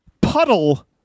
puddle